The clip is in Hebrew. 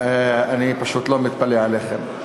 אני פשוט לא מתפלא עליהם,